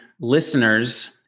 listeners